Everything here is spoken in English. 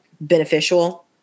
beneficial